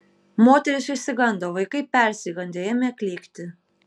moterys išsigando vaikai persigandę ėmė klykti